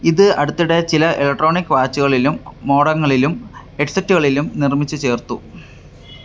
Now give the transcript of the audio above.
ഇത് അടുത്തിടെ ചില ഇലക്ട്രോണിക് വാച്ചുകളിലും മോഡങ്ങളിലും ഹെഡ്സെറ്റുകളിലും നിർമ്മിച്ച് ചേര്ത്തു